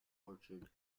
orchard